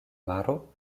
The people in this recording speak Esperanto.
maro